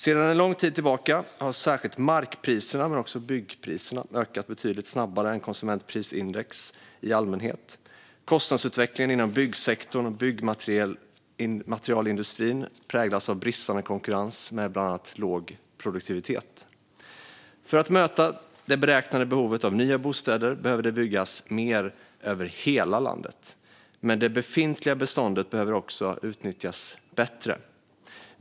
Sedan en lång tid tillbaka har särskilt markpriserna, men också byggpriserna, ökat betydligt snabbare än konsumentprisindex, KPI, i allmänhet. Kostnadsutvecklingen inom byggsektorn och byggmaterialindustrin präglas av bristande konkurrens med bland annat låg produktivitet. För att möta det beräknade behovet av nya bostäder behöver det byggas mer över hela landet, men det befintliga beståndet behöver också utnyttjas bättre.